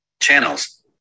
channels